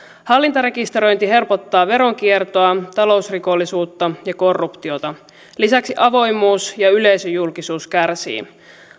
hallintarekisteröinti helpottaa veronkiertoa talousrikollisuutta ja korruptiota lisäksi avoimuus ja yleisöjulkisuus kärsii